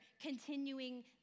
continuing